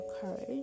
Courage